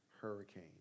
hurricane